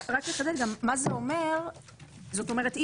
זאת אומרת,